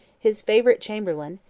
his favorite chamberlain,